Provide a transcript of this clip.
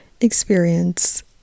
experience